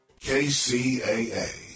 KCAA